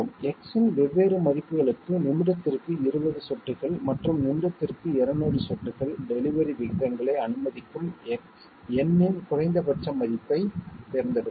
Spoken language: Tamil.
X இன் வெவ்வேறு மதிப்புகளுக்கு நிமிடத்திற்கு 20 சொட்டுகள் மற்றும் நிமிடத்திற்கு 200 சொட்டுகள் டெலிவரி விகிதங்களை அனுமதிக்கும் n இன் குறைந்தபட்ச மதிப்பைத் தேர்ந்தெடுக்கவும்